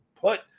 put